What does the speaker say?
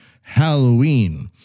Halloween